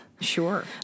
Sure